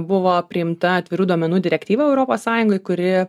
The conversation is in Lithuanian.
buvo priimta atvirų duomenų direktyva europos sąjungoj kuri